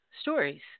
stories